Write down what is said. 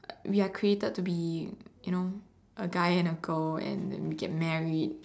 we are created to be you know a guy and a girl and we get married